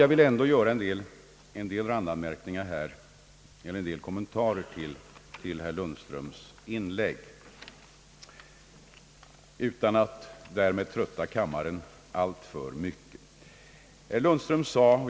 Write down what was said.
Jag vill ändå göra en del kommentarer till herr Lundströms inlägg utan att därmed trötta kammaren alltför mycket.